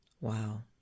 Wow